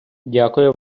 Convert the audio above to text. дякую